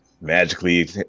magically